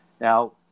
Now